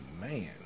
Man